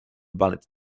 bullet